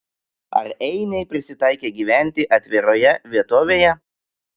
ar einiai prisitaikę gyventi atviroje vietovėje